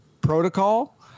protocol